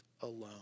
alone